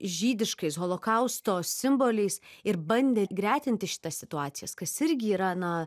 žydiškais holokausto simboliais ir bandė gretinti šitas situacijas kas irgi yra na